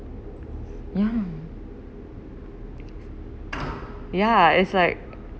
ya ya it's like